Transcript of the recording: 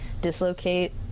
dislocate